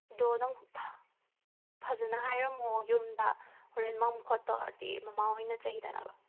ꯑꯗꯣ ꯅꯪ ꯐꯖꯅ ꯍꯥꯏꯔꯝꯃꯣ ꯌꯨꯝꯗ ꯍꯣꯔꯦꯟ ꯃꯝ ꯈꯣꯠ ꯇꯧꯔꯗꯤ ꯃꯃꯥ ꯍꯣꯏꯅ ꯆꯩꯗꯅꯕ